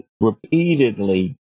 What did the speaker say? repeatedly